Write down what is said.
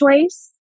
choice